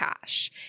cash